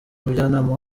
umujyanama